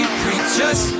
preachers